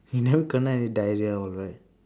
you never kena any diarrhoea all right